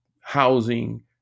housing